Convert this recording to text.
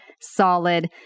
solid